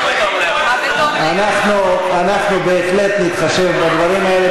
אנחנו בהחלט נתחשב בדברים האלה.